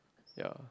ya